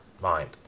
mind